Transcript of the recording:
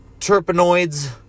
terpenoids